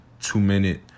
two-minute